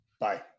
bye